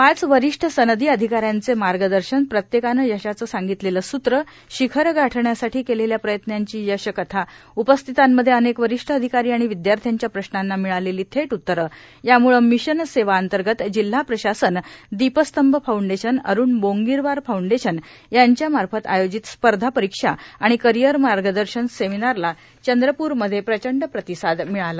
पाच वरिष्ठ सनदी अधिकाऱ्यांचे मार्गदर्शन प्रत्येकाने यशाचे सांगितलेले सूत्र शिखर गाठण्यासाठी केलेल्या प्रयत्नांची यश कथा उपस्थितांमध्ये अनेक वरिष्ठ अधिकारी आणि विद्यार्थ्यांच्या प्रश्नांना मिळालेली थेट उत्तरे यामूळे मिशन सेवा अंतर्गत जिल्हा प्रशासन दीपस्तंभ फाउंडेशन अरूण बोंगिरवार फाउंडेशन यांच्यामार्फत आयोजित स्पर्धा परीक्षा आणि करिअर मार्गदर्शन सेमिनारला चंद्रपूरमध्ये प्रचंड प्रतिसाद मिळाला